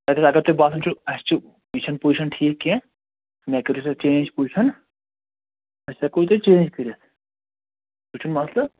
تَتیٚتھ اگر تۄہہِ باسان چھُو یہِ چھَنہٕ پُوزیٖشن ٹھیٖک کیٚنٛہہ مےٚ کٔری سا چینج پُوزیشن أسۍ ہیٚکو تُہۍ چینج کٔرِتھ سُہ چھُنہٕ مسلہٕ